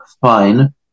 fine